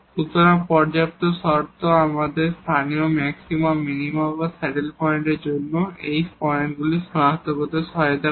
সুতরাং পর্যাপ্ত শর্ত আমাদের লোকাল ম্যাক্সিমা মিনিমা বা স্যাডেল পয়েন্টের জন্য এই পয়েন্টগুলি সনাক্ত করতে সহায়তা করে